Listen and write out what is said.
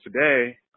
today